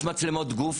יש מצלמות גוף,